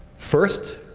first,